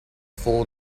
full